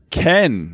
ken